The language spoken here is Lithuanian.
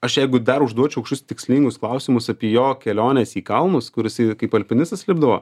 aš jeigu dar užduočiau tikslingus klausimus apie jo keliones į kalnus kur jisai kaip alpinistas lipdavo